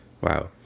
Wow